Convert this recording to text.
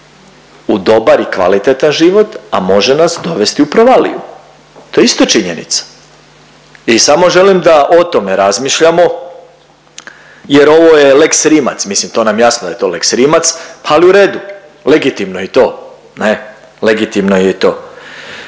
u dobar i kvalitetan život, a može nas dovesti i u provaliju. To je isto činjenica i samo želim da o tome razmišljamo jer ovo je lex Rimac, mislim to nam je jasno da je to lex Rimac, ali u redu, legitimno je i to, ne. Legitimno je i to.